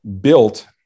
built